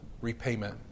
repayment